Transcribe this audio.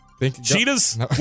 Cheetahs